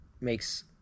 makes